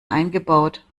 eingebaut